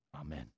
Amen